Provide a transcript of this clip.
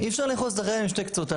אי אפשר לאחוז את החבל משני קצותיו,